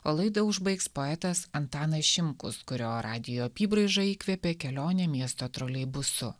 o laidą užbaigs poetas antanas šimkus kurio radijo apybraižą įkvėpė kelionė miesto troleibusu